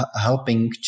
helping